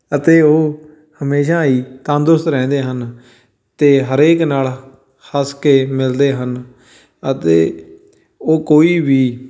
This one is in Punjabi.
ਅਤੇ ਉਹ ਹਮੇਸ਼ਾਂ ਹੀ ਤੰਦਰੁਸਤ ਰਹਿੰਦੇ ਹਨ ਅਤੇ ਹਰੇਕ ਨਾਲ ਹੱਸ ਕੇ ਮਿਲਦੇ ਹਨ ਅਤੇ ਉਹ ਕੋਈ ਵੀ